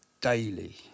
daily